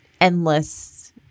endless